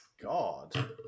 God